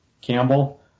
Campbell